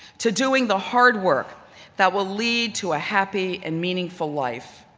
to doing the hard work that will lead to a happy and meaningful life.